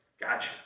Gotcha